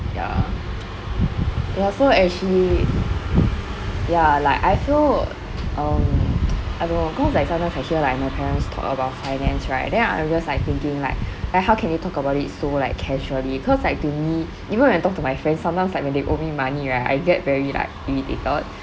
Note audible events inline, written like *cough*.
ya and also actually ya like I feel um *noise* I don't know cause like sometimes I hear like my parents talk about finance right and then I'm just like thinking like like how can you talk about so like casually cause like to me even when I talk to my friends sometimes like when they owe me money right I get very like irritated